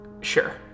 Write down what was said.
Sure